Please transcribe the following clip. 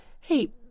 hey